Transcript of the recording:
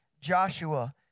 Joshua